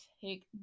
take